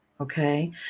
Okay